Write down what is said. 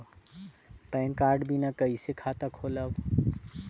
Pan card बिना कइसे खाता खोलव?